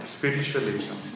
Spiritualism